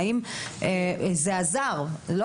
האם זה עזר או לא עזר?